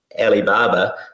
alibaba